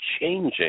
changing